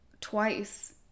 twice